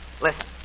Listen